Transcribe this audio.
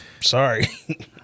Sorry